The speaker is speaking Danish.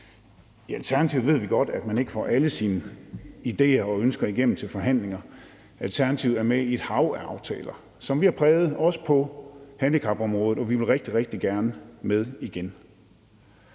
I Alternativet ved vi godt, at man ikke får alle sine idéer og ønsker igennem i forhandlinger. Alternativet er med i et i hav af aftaler, som vi har præget – også på handicapområdet – og vi vil rigtig, rigtig gerne med igen.